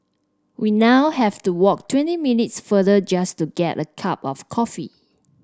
we now have to walk twenty minutes further just to get a cup of coffee